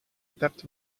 theft